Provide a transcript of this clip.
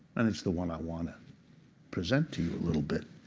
and it's the one i want to present to you a little bit.